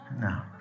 No